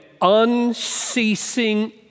unceasing